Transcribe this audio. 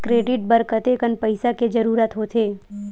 Credit बर कतेकन पईसा के जरूरत होथे?